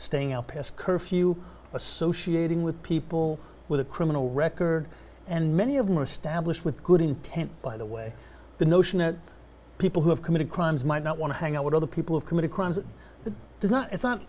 staying out past curfew associated with people with a criminal record and many of them are established with good intent by the way the notion that people who have committed crimes might not want to hang out with other people of committing crimes that it does not it's not